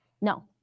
No